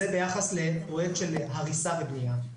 זה ביחס לפרויקט של הריסה ובנייה.